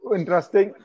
Interesting